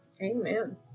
Amen